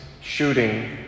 shooting